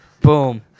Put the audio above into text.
Boom